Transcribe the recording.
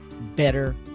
better